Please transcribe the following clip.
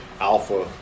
alpha